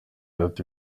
ati